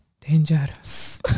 dangerous